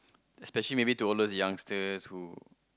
especially maybe to all those youngsters who